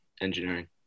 engineering